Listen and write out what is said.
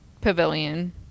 pavilion